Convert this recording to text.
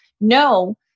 No